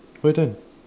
we are done